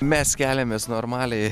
mes keliamės normaliai